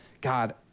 God